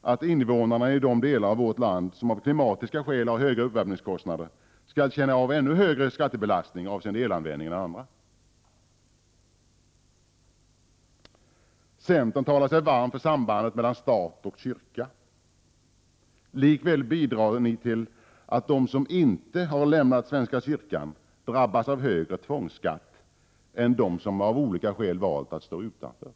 att invånarna i de delar av vårt land som av klimatiska skäl har höga uppvärmningskostnader skall få en ännu högre skattebelastning avseende elanvändningen än andra? Centern talar sig varm för sambandet mellan stat och kyrka. Likväl bidrar ni till att de som inte har lämnat svenska kyrkan drabbas av högre tvångsskatt än de som av olika skäl valt att stå utanför.